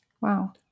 Wow